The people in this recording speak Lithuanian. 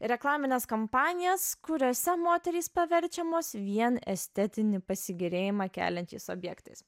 reklamines kampanijas kuriose moterys paverčiamos vien estetinį pasigėrėjimą keliančiais objektais